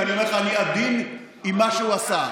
ואני אומר לך שאני עדין עם מה שהוא עשה,